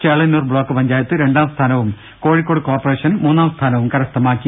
Chelannur block panchayat രണ്ടാം സ്ഥാനവും Kozhikode corporation മൂന്നാം സ്ഥാനവും കരസ്ഥമാക്കി